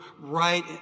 right